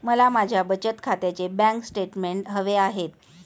मला माझ्या बचत खात्याचे बँक स्टेटमेंट्स हवे आहेत